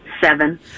Seven